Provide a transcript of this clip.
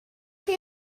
chi